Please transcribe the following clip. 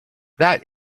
that